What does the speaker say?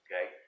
Okay